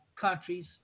countries